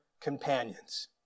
companions